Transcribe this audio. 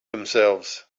themselves